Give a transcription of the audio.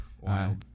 Wow